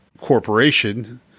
corporation